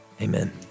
amen